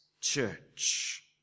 church